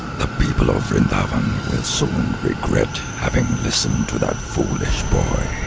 the people of vrindavan will soon regret having listened to that foolish boy.